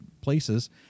places